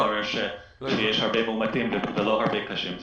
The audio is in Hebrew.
אם יתברר שיש הרבה מאומתים ולא הרבה קשים,